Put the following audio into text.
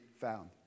found